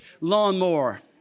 lawnmower